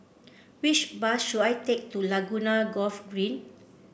which bus should I take to Laguna Golf Green